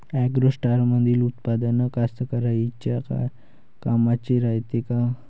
ॲग्रोस्टारमंदील उत्पादन कास्तकाराइच्या कामाचे रायते का?